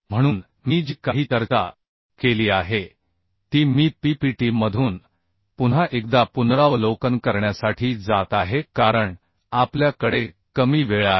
म्हणून मी जी काही चर्चा केली आहे ती मी PPT मधून पुन्हा एकदा पुनरावलोकन करण्यासाठी जात आहे कारण आपल्या कडे कमी वेळ आहे